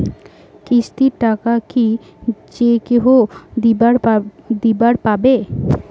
কিস্তির টাকা কি যেকাহো দিবার পাবে?